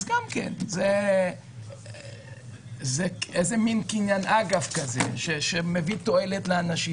זה מין קניין אגב כזה שמביא תועלת לאנשים.